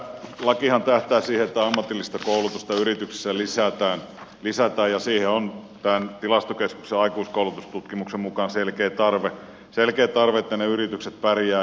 kaiken kaikkiaan tämä lakihan tähtää siihen että ammatillista koulutusta yrityksissä lisätään ja siihen on tämän tilastokeskuksen aikuiskoulutustutkimuksen mukaan selkeä tarve selkeä tarve että ne yritykset pärjäävät